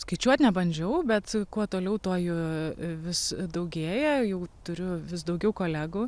skaičiuot nebandžiau bet kuo toliau tuo jų vis daugėja jau turiu vis daugiau kolegų